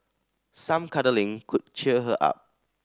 some cuddling could cheer her up